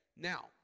Now